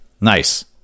Nice